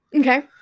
Okay